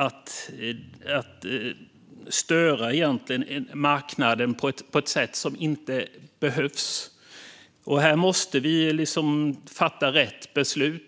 att störa marknaden på ett sätt som inte behövs. Här måste vi fatta rätt beslut.